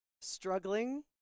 struggling